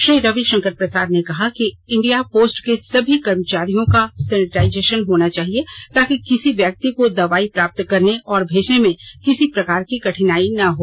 श्री रविशंकर प्रसाद ने कहा कि इंडिया पोस्ट के सभी कर्मचारियों का सैनिटाजेशन होना चाहिए ताकि किसी व्यक्ति को दवाई प्राप्त करने और भेजने में किसी प्रकार की कठिनाई न हो